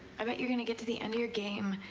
i bet you're gonna get to the end of your game,